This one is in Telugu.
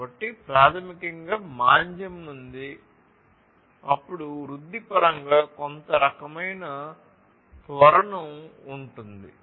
కాబట్టి ప్రాథమికంగా మాంద్యం నుండి అప్పుడు వృద్ధి పరంగా కొంత రకమైన త్వరణం ఉంటుంది